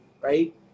right